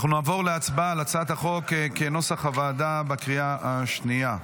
אנחנו נעבור להצבעה על הצעת החוק כנוסח הוועדה בקריאה השנייה.